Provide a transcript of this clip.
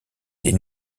des